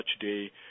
today